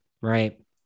Right